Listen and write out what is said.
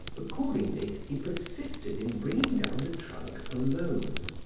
accordingly he persisted in bringing down the trunk alone,